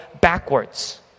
backwards